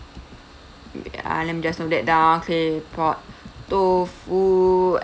ya let me just note that down claypot tofu